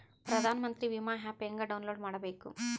ಪ್ರಧಾನಮಂತ್ರಿ ವಿಮಾ ಆ್ಯಪ್ ಹೆಂಗ ಡೌನ್ಲೋಡ್ ಮಾಡಬೇಕು?